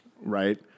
Right